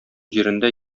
җирендә